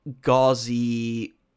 gauzy